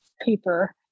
paper